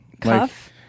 cuff